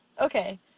Okay